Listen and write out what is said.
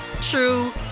true